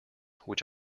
which